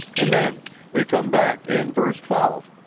and then we come back in verse twelve,